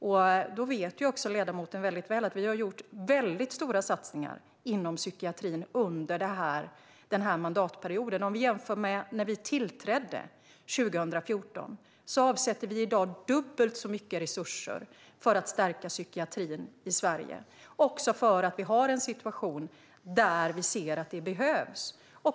Ledamoten vet också mycket väl att regeringen har gjort stora satsningar inom psykiatrin under mandatperioden. Jämfört med när vi tillträdde 2014 avsätter vi i dag dubbelt så mycket resurser för att stärka psykiatrin i Sverige. Det är för att vi ser att det behövs i dagens situation.